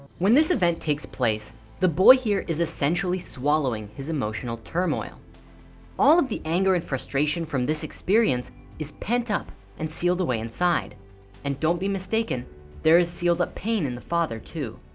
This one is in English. when this event takes place the boy here is essentially swallowing his emotional turmoil all of the anger and frustration from this experience is pent up and sealed away inside and don't be mistaken there is sealed up pain in the father too